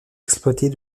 exploitée